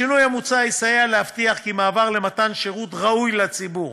השינוי המוצע יסייע להבטיח כי מעבר למתן שירות ראוי לציבור,